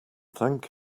thank